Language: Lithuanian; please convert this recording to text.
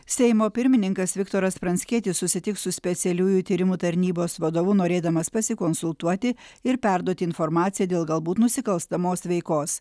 seimo pirmininkas viktoras pranckietis susitiks su specialiųjų tyrimų tarnybos vadovu norėdamas pasikonsultuoti ir perduoti informaciją dėl galbūt nusikalstamos veikos